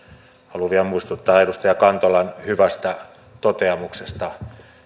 haluan vielä muistuttaa edustaja kantolan hyvästä toteamuksesta